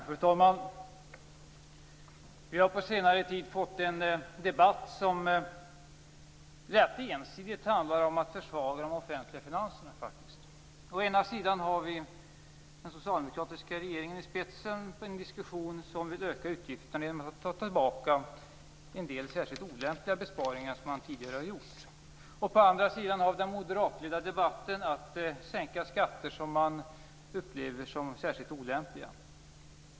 Fru talman! Vi har på senare tid fått en debatt som ganska ensidigt handlar om att försvaga de offentliga finanserna. Å ena sidan har vi den socialdemokratiska regeringen i spetsen för en diskussion där man vill öka utgifterna genom att ta tillbaka beslut om en del särskilt olämpliga besparingar som man tidigare har fattat. På den andra sidan har vi den moderatledda debatten om att sänka skatter som man upplever som särskilt olämpliga.